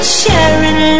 sharing